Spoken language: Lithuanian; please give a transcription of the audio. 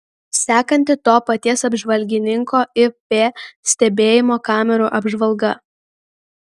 sekanti to paties apžvalgininko ip stebėjimo kamerų apžvalga